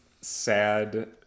sad